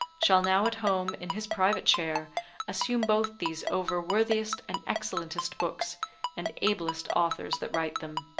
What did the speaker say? shall now at home in his private chair assume both these over worthiest and excellentest books and ablest authors that write them.